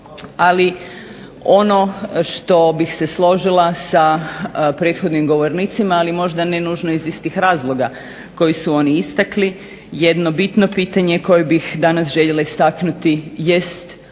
Ali ono što bih se složila sa prethodnim govornicima, ali možda ne nužno iz istih razloga koji su oni istakli. Jedno bitno pitanje koje bih danas željela istaknuti jest